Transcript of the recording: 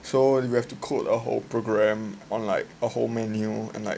so you have to code a whole program on like a whole menu and like